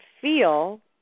feel